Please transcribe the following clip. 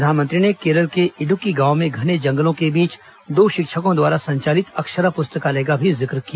प्रधानमंत्री ने केरल के इडुक्की गांव में घने जंगलों के बीच दो शिक्षकों द्वारा संचालित अक्षरा पुस्तकालय का भी जिक्र किया